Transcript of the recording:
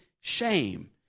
shame